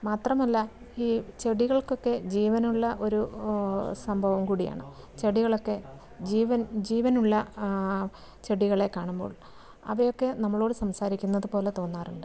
മാത്രമല്ല ഈ ചെടികൾക്കൊക്കെ ജീവനുള്ള ഒരു സംഭവം കൂടിയാണ് ചെടികളൊക്കെ ജീവൻ ജീവനുള്ള ചെടികളെ കാണുമ്പോൾ അവയൊക്കെ നമ്മളോട് സംസാരിക്കുന്നത് പോലെ തോന്നാറുണ്ട്